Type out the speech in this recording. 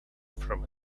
from